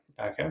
okay